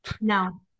No